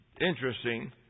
interesting